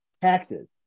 taxes